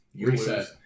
reset